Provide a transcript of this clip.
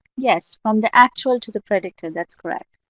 yes, from the actual to the predictor, that's correct.